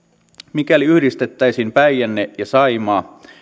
mikäli yhdistettäisiin päijänne ja saimaa